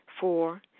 Four